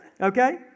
Okay